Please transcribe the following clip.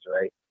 right